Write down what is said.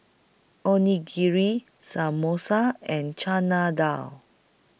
Onigiri Samosa and Chana Dal